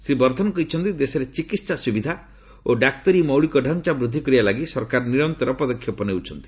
ଶ୍ରୀ ବର୍ଦ୍ଧନ କହିଛନ୍ତି ଦେଶରେ ଚିକିତ୍ସା ସୁବିଧା ଓ ଡାକ୍ତରୀ ମୌଳିକ ଡ଼ାଞ୍ଚା ବୃଦ୍ଧି କରିବା ଲାଗି ସରକାର ନିରନ୍ତର ପଦକ୍ଷେପ ନେଉଛନ୍ତି